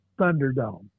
Thunderdome